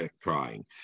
crying